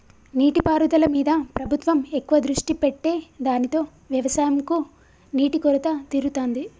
నీటి పారుదల మీద ప్రభుత్వం ఎక్కువ దృష్టి పెట్టె దానితో వ్యవసం కు నీటి కొరత తీరుతాంది